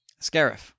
Scarif